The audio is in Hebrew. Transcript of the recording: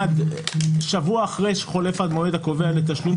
שבוע אחרי שחולף המועד הקבוע לתשלום,